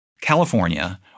California